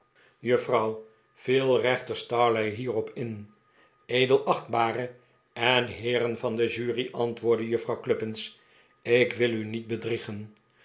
frouw viel rechter stareleigh hierop in edelachtbare en heeren van de jury antwoordde juffrouw cluppins ik wil u niet bedriegen